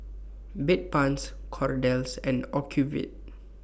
Bedpans Kordel's and Ocuvite